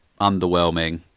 underwhelming